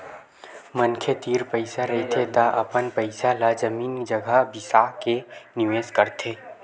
मनखे तीर पइसा रहिथे त अपन पइसा ल जमीन जघा बिसा के निवेस करथे